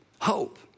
hope